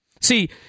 See